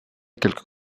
quelques